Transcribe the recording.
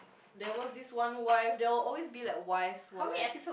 there was this one wife there will always be wives who are like